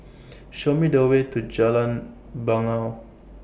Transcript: Show Me The Way to Jalan Bangau